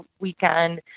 weekend